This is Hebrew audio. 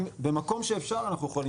במקום שאפשר אנחנו יכולים לעשות את זה.